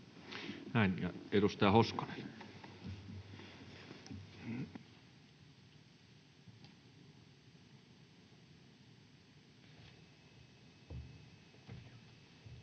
Näin. — Edustaja Hoskonen.